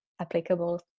applicable